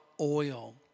oil